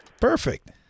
Perfect